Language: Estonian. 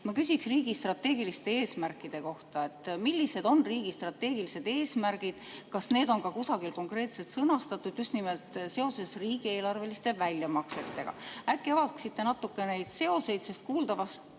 Ma küsin riigi strateegiliste eesmärkide kohta: millised on riigi strateegilised eesmärgid? Kas need on ka kusagil konkreetselt sõnastatud just nimelt seoses riigieelarveliste väljamaksetega? Äkki te avaksite natukene neid seoseid. Kuuldavasti